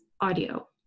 audio